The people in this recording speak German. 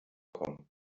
kommen